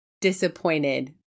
disappointed